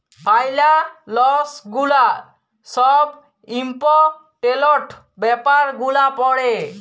ফাইলালস গুলা ছব ইম্পর্টেলট ব্যাপার গুলা পড়ে